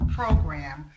program